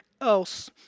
else